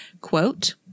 quote